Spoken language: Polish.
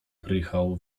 prychał